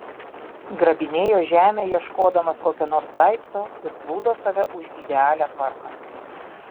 grabinėjo žemę ieškodamas kokio nors daikto ir plūdo save už idealią tvarką